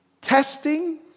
testing